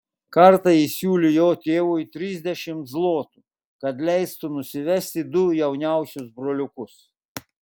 kartą jis siūlęs jo tėvui trisdešimt zlotų kad leistų nusivesti du jauniausius broliukus